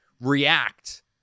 react